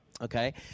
Okay